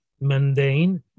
mundane